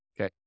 Okay